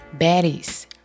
Baddies